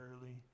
early